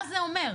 מה זה אומר.